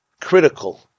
critical